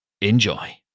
Enjoy